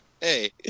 Hey